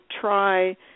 try